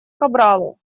кабралу